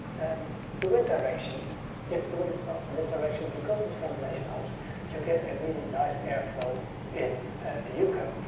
and the wind direction if the wind is blowing from this direction because as ventilation holes you'll get a really nice airflow in the and uco.